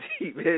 deep